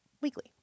weekly